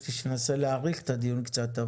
ביקשתי שננסה להאריך את הדיון קצת.